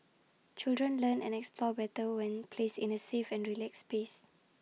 children learn and explore better when placed in A safe and relaxed space